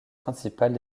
principale